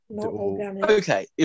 okay